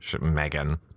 Megan